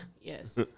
Yes